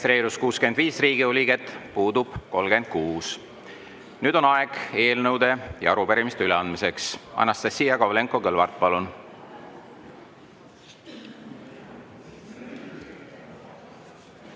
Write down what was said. Nüüd on aeg eelnõude ja arupärimiste üleandmiseks. Anastassia Kovalenko-Kõlvart, palun!